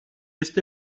este